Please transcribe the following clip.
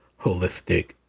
holistic